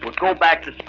would go back to